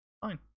Fine